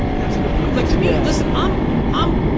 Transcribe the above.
that's a good point. like to me, ah listen, um i'm